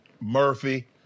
Murphy